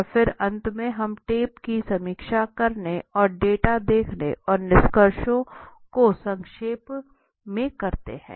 और फिर अंत में हम टेप की समीक्षा करने और डेटा देखते हैं और निष्कर्षों को संक्षेप में करते है